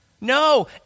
No